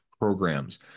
programs